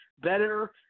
better